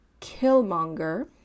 Killmonger